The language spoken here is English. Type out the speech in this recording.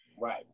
Right